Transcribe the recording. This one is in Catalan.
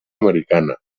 americana